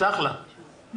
כמה אישרת להם?